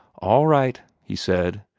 all right, he said,